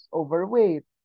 overweight